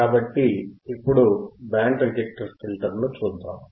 కాబట్టి ఇప్పుడే band reject ఫిల్టర్ను చూశాము